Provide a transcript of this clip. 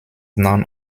known